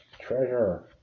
Treasure